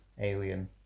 alien